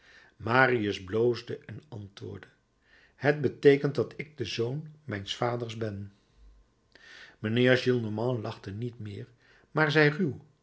marius bloosde en antwoordde het beteekent dat ik de zoon mijns vaders ben mijnheer gillenormand lachte niet meer maar zei ruw